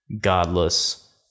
godless